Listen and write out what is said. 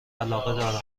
علاقه